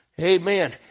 amen